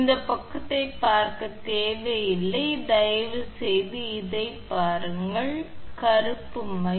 இந்தப் பக்கத்தைப் பார்க்கத் தேவையில்லை தயவுசெய்து இதைப் பாருங்கள் கருப்பு கருப்பு மை